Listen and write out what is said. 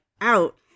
out